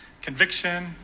Conviction